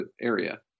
area